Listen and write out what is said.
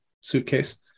suitcase